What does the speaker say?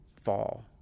fall